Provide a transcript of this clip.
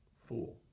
fool